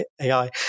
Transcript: AI